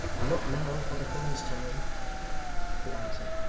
and not now for the first time he answered.